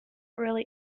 really